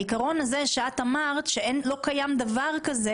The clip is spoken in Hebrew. העיקרון הזה שאת אמרת שלא קיים דבר כזה